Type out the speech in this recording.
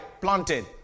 planted